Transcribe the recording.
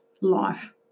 life